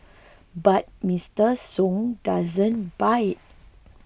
but Mister Sung doesn't buy it